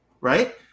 Right